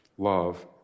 Love